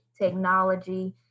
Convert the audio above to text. technology